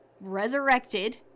resurrected